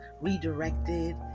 redirected